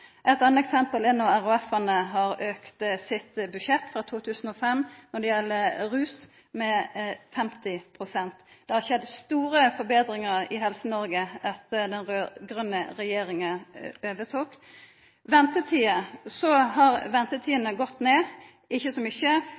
Eit anna eksempel er at RHF-ane har når det gjeld rusfeltet, auka sitt budsjett frå 2005 med 50 pst. Det har skjedd store betringar i Helse-Noreg etter at den raud-grøne regjeringa tok over. Når det gjeld ventetider, så har dei gått ned – ikkje så mykje